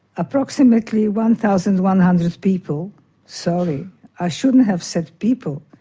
approximately one thousand one hundred people sorry i shouldn't have said people,